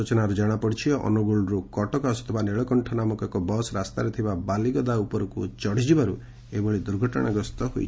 ସ୍ଚନାରୁ ଜଣାପଡିଛି ଅନୁକୂଳରୁ କଟକ ଆସୁଥିବା ନୀଳକଣ୍ଡ ନାମକ ଏକ ବସ୍ ରାସ୍ତାରେ ଥିବା ବାଲିଗଦା ଉପରକୁ ଚଢିଯିବାରୁ ଏଭଳି ଦୁର୍ଘଟଣାଗ୍ରସ୍ତ ହୋଇଛି